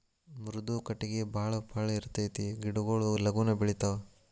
ಮೃದು ಕಟಗಿ ಬಾಳ ಪಳ್ಳ ಇರತತಿ ಗಿಡಗೊಳು ಲಗುನ ಬೆಳಿತಾವ